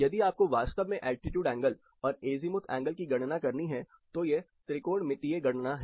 यदि आपको वास्तव में एल्टीट्यूड एंगल और अजीमुथ एंगल की गणना करनी है तो ये त्रिकोणमितीय गणना है